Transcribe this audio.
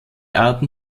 arten